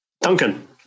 Duncan